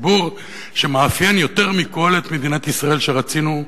הציבור שמאפיין יותר מכול את מדינת ישראל שרצינו,